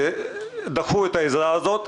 דחו את העזרה הזאת.